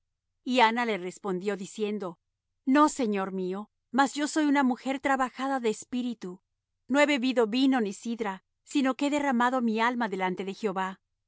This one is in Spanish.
y anna le respondió diciendo no señor mío mas yo soy una mujer trabajada de espíritu no he bebido vino ni sidra sino que he derramado mi alma delante de jehová